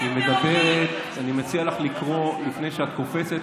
אני מציע לך לקרוא לפני שאת קופצת,